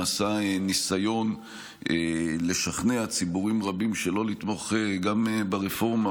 נעשה ניסיון לשכנע ציבורים רבים שלא לתמוך גם ברפורמה